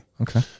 Okay